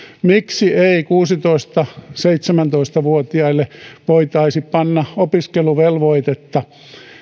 miksi ei kuusitoista viiva seitsemäntoista vuotiaille voitaisi panna opiskeluvelvoitetta